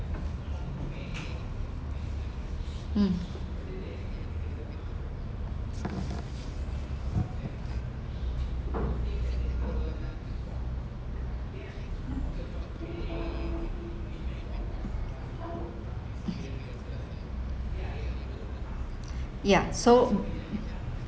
mm yeah so